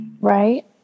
Right